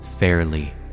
fairly